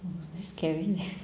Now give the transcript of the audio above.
!wah! very scary leh